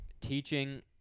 teaching